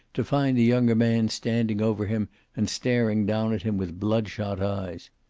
to find the younger man standing over him and staring down at him with blood-shot eyes.